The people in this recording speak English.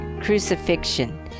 crucifixion